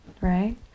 right